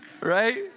Right